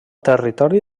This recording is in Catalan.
territori